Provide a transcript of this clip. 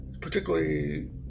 particularly